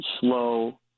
slow